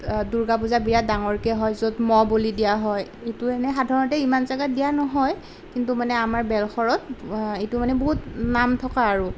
দুৰ্গা পূজা বিৰাট ডাঙৰকৈ হয় য'ত ম'হ বলি দিয়া হয় এইটো এনেই সাধাৰণতে ইমান জেগাত দিয়া নহয় কিন্তু মানে আমাৰ বেলশৰত এইটো মানে বহুত নাম থকা আৰু